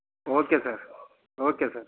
okay sir okay sir